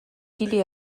kili